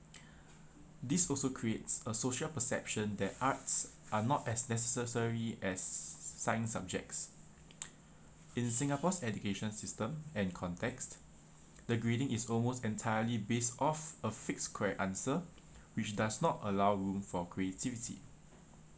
this also creates a social perception that arts are not as necessary as s~ science subjects in singapore's education system and context the grading is almost entirely based off a fixed correct answer which does not allow room for creativity